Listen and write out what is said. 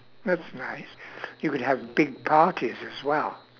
that's nice you could have big parties as well